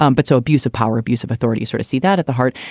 um but so abuse of power, abuse of authority, sort of see that at the heart.